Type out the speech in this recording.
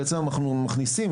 בעצם אנחנו מכניסים.